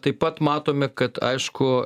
taip pat matome kad aišku